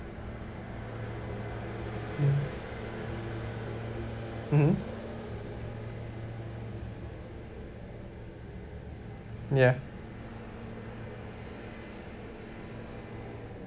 mm mmhmm ya